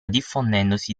diffondendosi